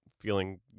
feeling